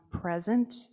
present